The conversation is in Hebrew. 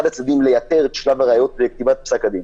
הצדדים לייתר את שלב הראיות ואת כתיבת פסק הדין.